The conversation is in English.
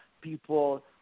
people